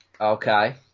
Okay